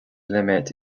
limit